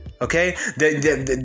Okay